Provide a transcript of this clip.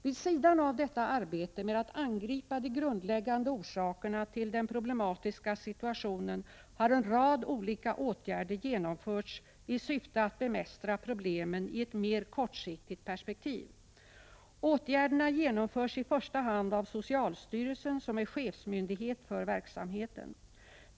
Vid sidan av detta arbete med att angripa de grundläggande orsakerna till den problematiska situationen har en rad olika åtgärder genomförts i syfte att bemästra problemen i ett mer kortsiktigt perspektiv. Åtgärderna genomförs i första hand av socialstyrelsen som är chefsmyndighet för verksamheten.